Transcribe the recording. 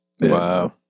Wow